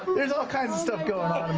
there's all kinds of stuff going